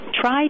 try